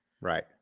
Right